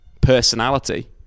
personality